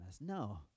No